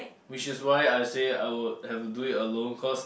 which is why I say I would have to do it alone cause